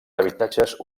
habitatges